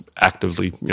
actively